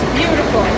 beautiful